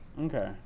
Okay